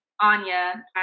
Anya